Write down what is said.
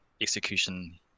execution